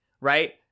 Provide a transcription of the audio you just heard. right